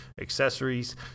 accessories